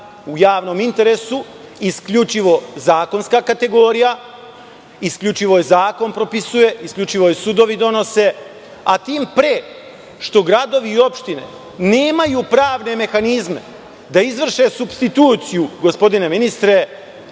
u javnom interesu isključivo zakonska kategorija, isključivo je zakon propisuje, isključivo je sudovi donose, a tim pre što gradovi i opštine nemaju pravne mehanizme da izvrše supstituciju rada u